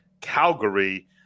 Calgary